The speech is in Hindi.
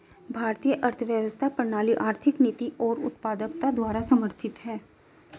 भारतीय अर्थव्यवस्था प्रणाली आर्थिक नीति और उत्पादकता द्वारा समर्थित हैं